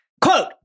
Quote